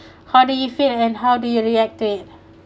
how do you feel and how do you react to it